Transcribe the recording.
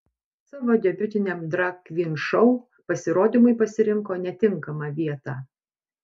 savo debiutiniam drag kvyn šou pasirodymui pasirinko netinkamą vietą